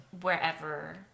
wherever